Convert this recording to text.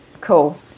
cool